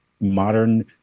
modern